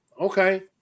Okay